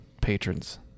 patrons